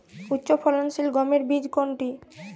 উচ্চফলনশীল গমের বীজ কোনটি?